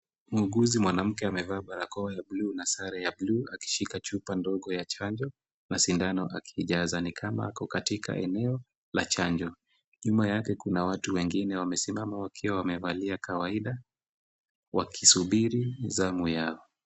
Muuguzi mwanamke amevaa barakoa ya bluu na sare ya bluu akishika chupa ndogo ya chanjo na sindano akiijaza, ni kama ako katika eneo la chanjo, nyuma yake kuna watu wengine wamesimama wakiwa wamevalia kawaida wakisubiri zamu yao.